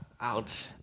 Ouch